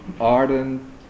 ardent